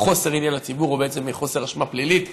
מחוסר עניין לציבור או בעצם מחוסר אשמה פלילית.